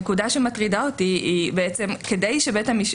בשטח בית המשפט,